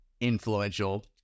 influential